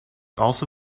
also